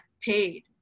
paid